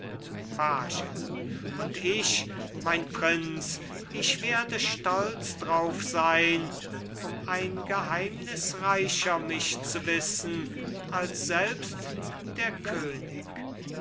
page und ich mein prinz ich werde stolz drauf sein um ein geheimnis reicher mich zu wissen als selbst der könig